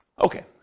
Okay